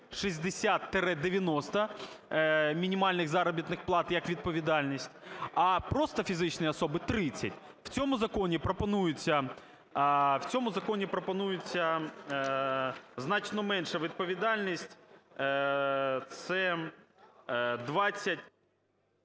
60-90 мінімальних заробітних плат як відповідальність, а просто фізичні особи – 30. В цьому законі пропонується значно менша відповідальність. Це 20…